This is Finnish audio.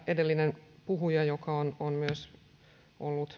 edellinen puhuja joka on on myös ollut